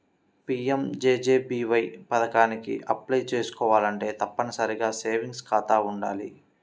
PMJJBY పథకానికి apply చేసుకోవాలంటే తప్పనిసరిగా సేవింగ్స్ ఖాతా వుండాలి